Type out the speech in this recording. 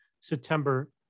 September